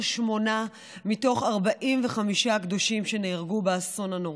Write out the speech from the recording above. שמונה מתוך 45 הקדושים שנהרגו באסון הנורא.